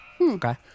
Okay